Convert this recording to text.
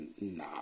nah